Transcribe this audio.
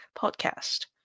podcast